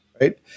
right